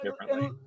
differently